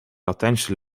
latijnse